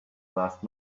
last